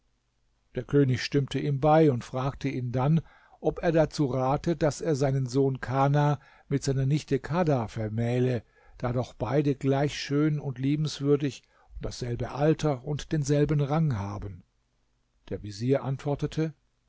der könig stimmte ihm bei und fragte ihn dann ob er dazu rate daß er seinen sohn kana mit seiner nichte kadha vermähle da doch beide gleich schön und liebenswürdig und dasselbe alter und denselben rang haben der vezier antwortete